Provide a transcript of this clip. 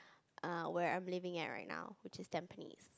err where I'm living at right now which is Tampines